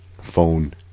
phone